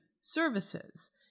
services